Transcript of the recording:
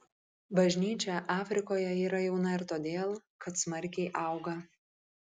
bažnyčia afrikoje yra jauna ir todėl kad smarkiai auga